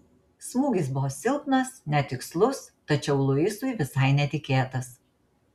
smūgis buvo silpnas netikslus tačiau luisui visai netikėtas